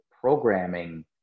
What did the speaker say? programming